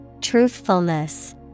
TRUTHFULNESS